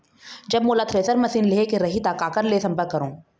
जब मोला thresher machine लेहेक रही ता काकर ले संपर्क करों?